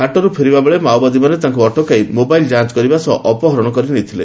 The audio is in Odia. ହାଟରୁ ଫେରିବାବେଳେ ମାଓବାଦୀମାନେ ତାଙ୍କୁ ଅଟକାଇ ମୋବାଇଲ୍ ଯାଞ୍ କରିବା ସହ ଅପହରଣ କରି ନେଇଥିଲେ